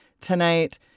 tonight